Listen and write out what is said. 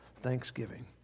thanksgiving